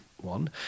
one